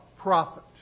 prophet